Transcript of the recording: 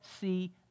see